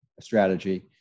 strategy